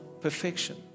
perfection